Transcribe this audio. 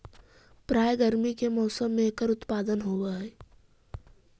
प्रायः गर्मी के मौसम में एकर उत्पादन होवअ हई